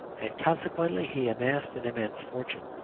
and consequently he amassed an immense fortune.